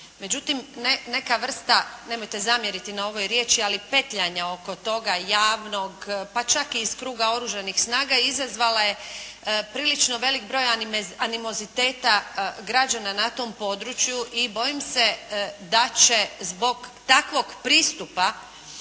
međutim neka vrsta, nemojte zamjeriti na ovoj riječi, ali petljanja oko toga javnog, pa čak i iz kruga Oružanih snaga izazvala je prilično velik broj animoziteta građana na tom području, i bojim se da će zbog takvog pristupa